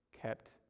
kept